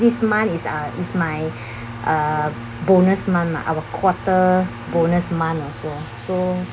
this month is uh is my uh bonus month lah our quarter bonus month also so